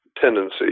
tendency